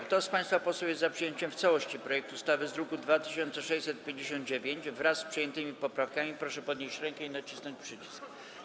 Kto z państwa posłów jest za przyjęciem w całości projektu ustawy z druku nr 2659, wraz z przyjętymi poprawkami, proszę podnieść rękę i nacisnąć przycisk.